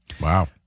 Wow